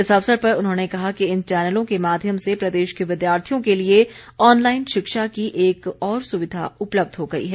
इस अवसर पर उन्होंने कहा कि इन चैनलों के माध्यम से प्रदेश के विद्यार्थियों के लिए ऑनलाईन शिक्षा की एक और सुविधा उपलब्ध हो गई है